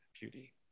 beauty